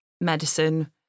medicine